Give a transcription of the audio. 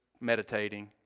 meditating